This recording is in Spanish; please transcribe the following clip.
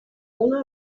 uno